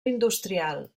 industrial